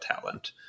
talent